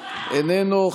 איננו,